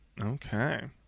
okay